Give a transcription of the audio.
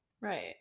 right